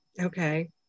Okay